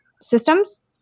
systems